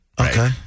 Okay